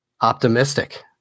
optimistic